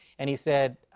and he said,